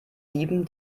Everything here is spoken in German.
dieben